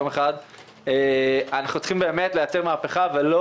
אנחנו צריכים באמת לייצר מהפכה ולא